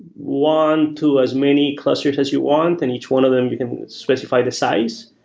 one to as many clusters as you want and each one of them specify the size.